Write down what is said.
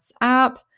app